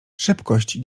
szybkość